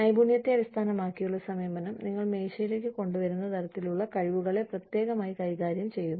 നൈപുണ്യത്തെ അടിസ്ഥാനമാക്കിയുള്ള സമീപനം നിങ്ങൾ മേശയിലേക്ക് കൊണ്ടുവരുന്ന തരത്തിലുള്ള കഴിവുകളെ പ്രത്യേകമായി കൈകാര്യം ചെയ്യുന്നു